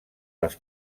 les